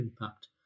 impact